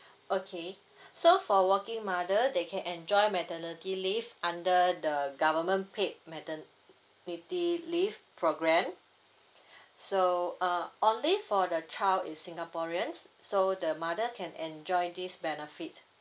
okay so for working mother they can enjoy maternity leave under the the government paid maternity leave programme so uh only for the child is singaporeans so the mother can enjoy this benefit